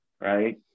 right